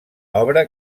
obra